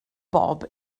bob